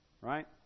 right